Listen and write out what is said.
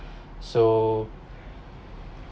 so